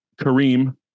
Kareem